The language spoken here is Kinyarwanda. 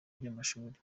by’amashuri